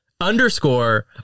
underscore